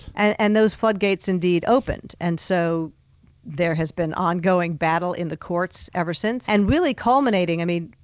and those floodgates indeed opened, and so there has been ongoing battle in the courts ever since, and really culminating. i mean,